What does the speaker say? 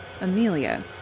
Amelia